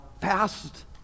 fast